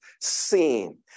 seen